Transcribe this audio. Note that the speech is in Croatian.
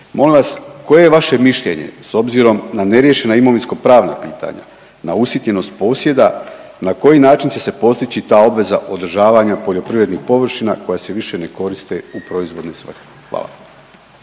Molim vas, koje je vaše mišljenje s obzirom na neriješena imovinsko-pravna pitanja, na usitnjenost posjeda, na koji način će se postići obveza održavanja poljoprivrednih površina koja se više ne koriste u proizvodne svrhe. Hvala.